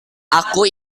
aku